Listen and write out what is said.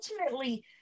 ultimately